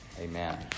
Amen